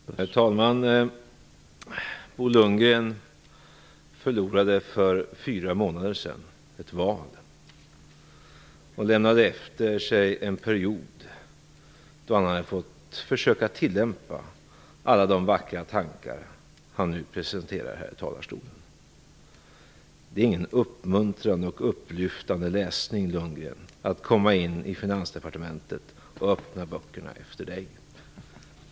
Herr talman! Bo Lundgren förlorade för fyra månader sedan ett val och lämnade efter sig en period då han fick försöka tillämpa alla de vackra tankar som han nu presenterar här i talarstolen. Det är inte uppmuntrande och upplyftande att komma in i Finansdepartementet och öppna böckerna efter Lundgren.